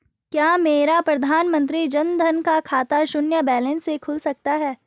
क्या मेरा प्रधानमंत्री जन धन का खाता शून्य बैलेंस से खुल सकता है?